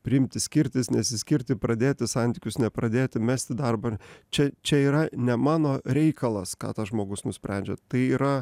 priimti skirtis nesiskirti pradėti santykius nepradėti mesti darbą čia čia yra ne mano reikalas ką tas žmogus nusprendžia tai yra